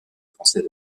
français